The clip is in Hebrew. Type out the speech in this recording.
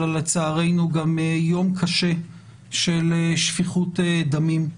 אלא לצערנו גם יום קשה של שפיכות דמים,